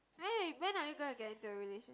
when you when are you gonna get into a relation